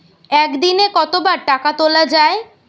একদিনে কতবার টাকা তোলা য়ায়?